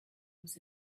was